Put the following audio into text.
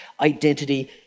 Identity